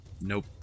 Nope